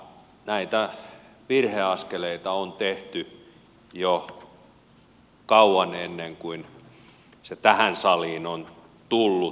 näitä virheaskeleita on tehty jo kauan ennen kuin tämä tähän saliin on tullut